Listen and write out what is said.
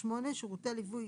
סעיף 19. "שירותי רווחה